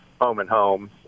home-and-home